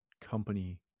company